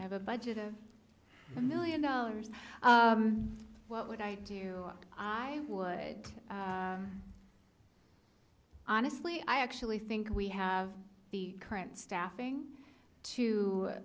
o have a budget of a million dollars what would i do i would honestly i actually think we have the current staffing to